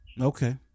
Okay